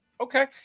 Okay